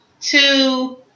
two